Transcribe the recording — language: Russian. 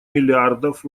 миллиардов